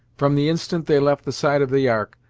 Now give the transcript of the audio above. from the instant they left the side of the ark,